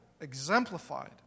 exemplified